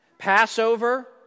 Passover